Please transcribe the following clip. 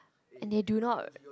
and they do not